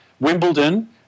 Wimbledon